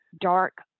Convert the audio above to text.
dark